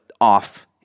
off